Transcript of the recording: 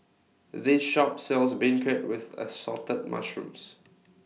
This Shop sells Beancurd with Assorted Mushrooms